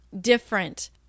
different